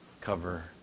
cover